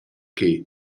che